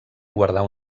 guardar